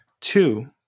Two